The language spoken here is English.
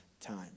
time